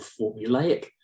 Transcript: formulaic